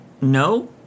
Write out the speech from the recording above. No